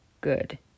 good